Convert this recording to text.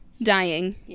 dying